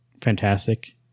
fantastic